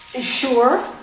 Sure